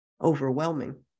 overwhelming